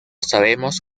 sabemos